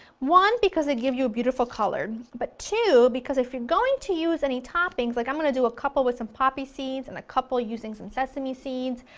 one because it gives you beautiful color, but two, because if you're going to use any toppings, like i'm going to do a couple with some poppy seeds and a couple using some sesame seeds,